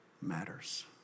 matters